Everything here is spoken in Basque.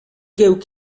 geuk